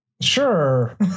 Sure